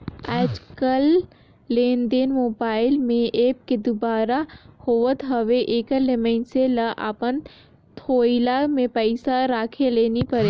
आएज काएललेनदेन मोबाईल में ऐप के दुवारा होत हवे एकर ले मइनसे ल अपन थोइला में पइसा राखे ले नी परे